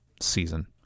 season